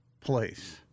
place